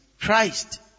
Christ